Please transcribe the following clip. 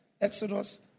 Exodus